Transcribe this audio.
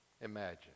imagine